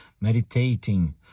Meditating